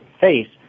face